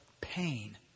pain